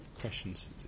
questions